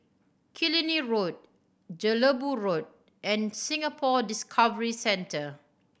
Killiney Road Jelebu Road and Singapore Discovery Centre